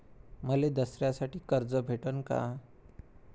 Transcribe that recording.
मले दसऱ्यासाठी कर्ज भेटन का?